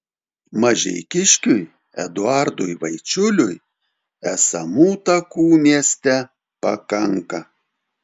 mažeikiškiui eduardui vaičiuliui esamų takų mieste pakanka